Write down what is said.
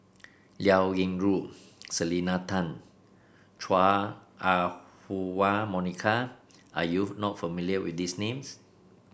Liao Yingru Selena Tan Chua Ah Huwa Monica are you not familiar with these names